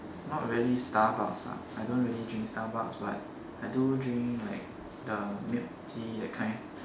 not really starbucks ah I don't really drink starbucks but I do drink like the milk tea that kind